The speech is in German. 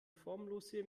formlose